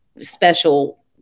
special